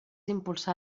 impulsar